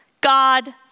God